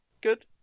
Good